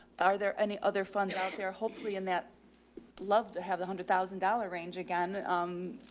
are there any other funds out there hopefully in that love to have the hundred thousand dollar range again, um,